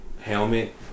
helmet